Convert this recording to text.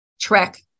trek